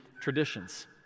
traditions